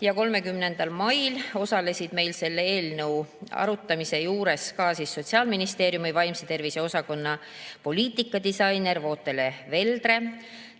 Ja 30. mail osalesid meil selle eelnõu arutamise juures ka Sotsiaalministeeriumi vaimse tervise osakonna poliitikadisainer Vootele Veldre,